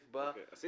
הוא בא לממש